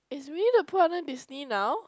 is Winnie-the-Pooh under Disney now